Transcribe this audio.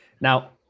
Now